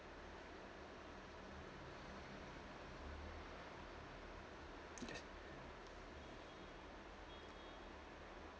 it does